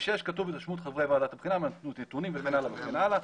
ב-(6) כתוב התרשמות חברי ועדת הבחינה מהנתונים וכן הלאה וכן הלאה,